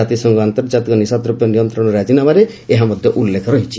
ଜାତିସଂଘ ଆନ୍ତର୍ଜାତିକ ନିଶାଦ୍ରବ୍ୟ ନିୟନ୍ତ୍ରଣ ରାଜିନାମାରେ ଏହାର ମଧ୍ୟ ଉଲ୍ଲେଖ ରହିଛି